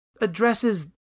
addresses